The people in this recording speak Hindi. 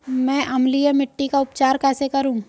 मैं अम्लीय मिट्टी का उपचार कैसे करूं?